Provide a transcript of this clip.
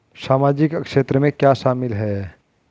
सामाजिक क्षेत्र में क्या शामिल है?